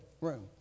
room